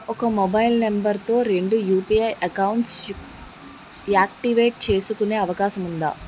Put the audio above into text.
ఒక mobile number తో రెండు యు.పి.ఐ అకౌంట్స్ యాక్టివేట్ చేసుకునే అవకాశం వుందా?